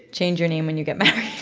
change your name when you get married.